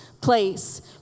place